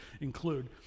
include